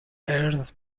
اِرز